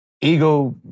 ego